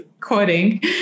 quoting